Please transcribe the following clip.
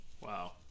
Wow